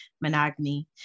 monogamy